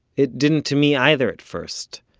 it didn't to me either at first.